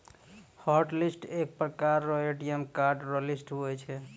hotlist एक प्रकार रो ए.टी.एम कार्ड रो लिस्ट हुवै छै